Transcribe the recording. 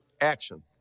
action